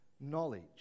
knowledge